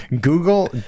Google